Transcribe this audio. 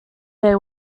they